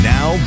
Now